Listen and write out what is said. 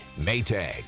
Maytag